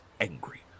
angry